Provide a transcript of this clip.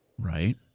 Right